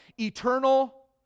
Eternal